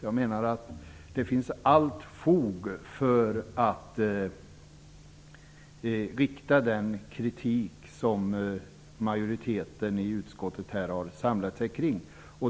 Jag menar att det finns fog för den kritik som majoriteten i utskottet har samlat sig kring.